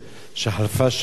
שחלפה שנה,